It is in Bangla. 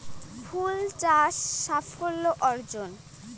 ফুল চাষ সাফল্য অর্জন?